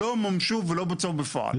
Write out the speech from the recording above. לא מומשו ולא בוצעו בפועל.